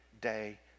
day